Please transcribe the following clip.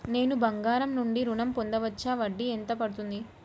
నేను బంగారం నుండి ఋణం పొందవచ్చా? వడ్డీ ఎంత పడుతుంది?